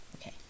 Okay